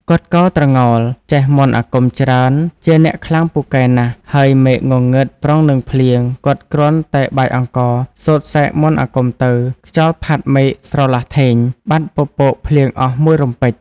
គាត់កោរត្រងោល ចេះមន្តអាគមច្រើនជាអ្នកខ្លាំងពូកែណាស់ ហើយមេឃងងឹតប្រុងនឹងភ្លៀង គាត់គ្រាន់តែបាចអង្គរ សូត្រសែកមន្តអាគមទៅ ខ្យល់ផាត់មេឃ ស្រឡះធេង បាត់ពពកភ្លៀងអស់មួយរំពេច។